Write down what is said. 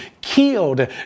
killed